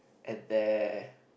at their